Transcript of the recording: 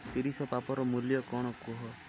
ତିରିଶ ପାପର ମୂଲ୍ୟ କ'ଣ କୁହ